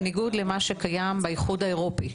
בניגוד למה שקיים באיחוד האירופי,